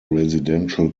residential